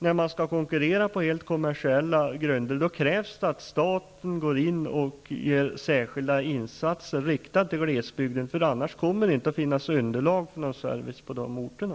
När man skall konkurrera på helt kommersiella grunder krävs det att staten går in med särskilda riktade insatser för glesbygden, annars kommer det inte att finnas underlag för någon service på de orterna.